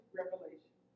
revelation